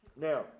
Now